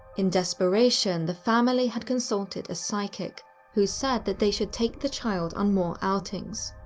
in desperation, the family had consulted a psychic who said that they should take the child on more outings.